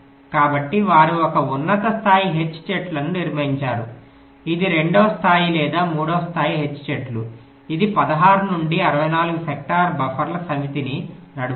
కాబట్టి వారు ఒక ఉన్నత స్థాయి H చెట్టును నిర్మించారు ఇది 2 స్థాయి లేదా 3 స్థాయి H చెట్టు ఇది 16 నుండి 64 సెక్టార్ బఫర్ల సమితిని నడుపుతుంది